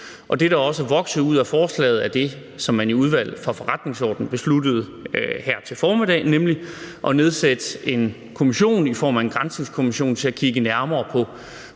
det, der også er vokset ud af forslaget, er det, som man i Udvalget for Forretningsordenen besluttede her til formiddag, nemlig at nedsætte en kommission i form af en granskningskommission til at kigge nærmere på